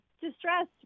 distressed